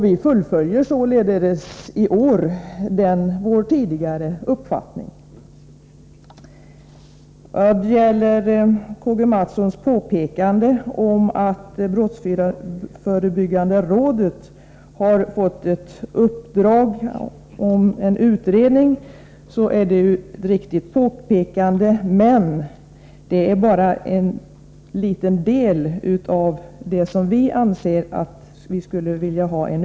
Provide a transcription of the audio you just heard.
Vi fullföljer således i år vår tidigare uppfattning. K.-G. Mathssons påpekande att brottsförebyggande rådet har fått i uppdrag att göra en utredning är riktigt. Men denna utredning gäller bara en liten del av det som vi anser att översynen bör omfatta.